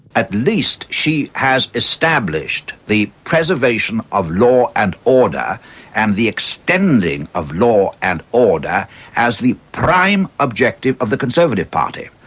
at least she has established the preservation of law and order and the extending of law and order as the prime objective of the conservative party.